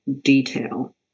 Detail